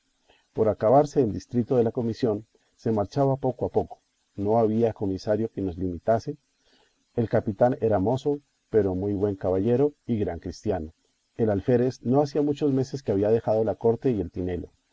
por acabarse el distrito de la comisión se marchaba poco a poco no había comisario que nos limitase el capitán era mozo pero muy buen caballero y gran cristiano el alférez no hacía muchos meses que había dejado la corte y el tinelo